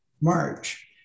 March